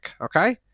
Okay